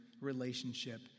relationship